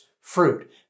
fruit